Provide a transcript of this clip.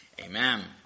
amen